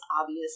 obvious